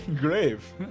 Grave